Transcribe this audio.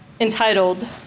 entitled